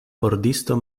pordisto